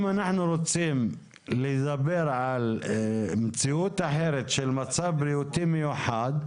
אם אנחנו רוצים לדבר על מציאות אחרת של מצב בריאותי מיוחד,